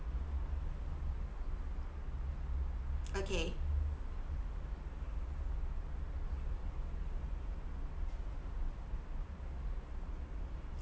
okay